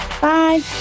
bye